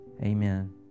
Amen